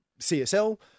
CSL